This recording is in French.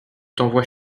t’envoie